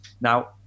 Now